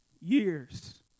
years